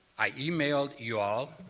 i emailed you all.